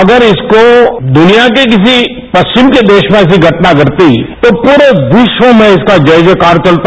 अगर इसको दुनिया के किसी परिवम के देश में ऐसी घटना करती तो पूरे विस्व में इसका जय जय कार चलता